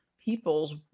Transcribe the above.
peoples